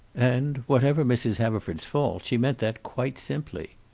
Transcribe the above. and whatever mrs. haverford's faults, she meant that quite simply.